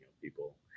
people